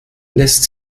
lässt